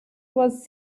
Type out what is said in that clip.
was